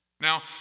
Now